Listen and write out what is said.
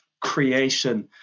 creation